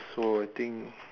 so I think